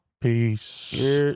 Peace